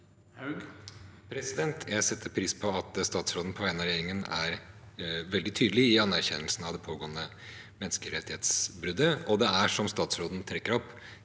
Jeg setter pris på at statsråden på vegne av regjeringen er veldig tydelig i anerkjennelsen av det pågående menneskerettighetsbruddet, og det er, som statsråden trekker opp,